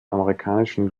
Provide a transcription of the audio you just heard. amerikanischen